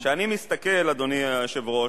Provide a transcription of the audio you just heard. כשאני מסתכל, אדוני היושב-ראש,